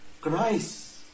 Christ